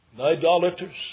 idolaters